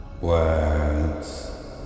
Words